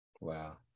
Wow